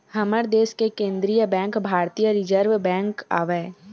हमर देस के केंद्रीय बेंक भारतीय रिर्जव बेंक आवय